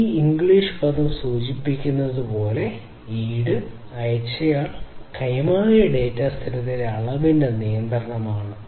ഈ ഇംഗ്ലീഷ് പദം സൂചിപ്പിക്കുന്നത് പോലെ ഈട് അയച്ചയാൾ കൈമാറിയ ഡാറ്റ സ്ഥിരതയുടെ അളവിന്റെ നിയന്ത്രണമാണ്